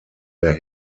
der